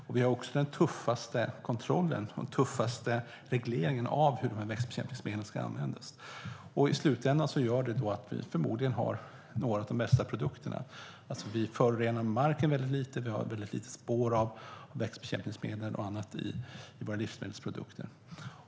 Sverige har också den tuffaste kontrollen och den tuffaste regleringen av hur de här växtbekämpningsmedlen ska användas.I slutändan gör det att vi förmodligen har några av de bästa produkterna. Vi förorenar marken väldigt lite, och vi har väldigt små spår av växtbekämpningsmedel i våra livsmedelsprodukter.